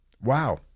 Wow